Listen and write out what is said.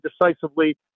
decisively